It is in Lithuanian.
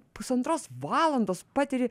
pusantros valandos patiri